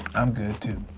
i'm good too.